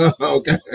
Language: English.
okay